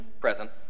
Present